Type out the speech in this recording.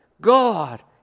God